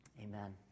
Amen